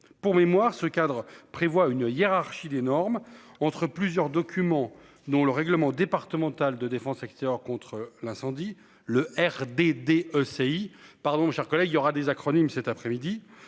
Pour mémoire, ce cadre prévoit une hiérarchie des normes entre plusieurs documents dont le règlement départemental de défense, secteur contre l'incendie. Le R D D ECI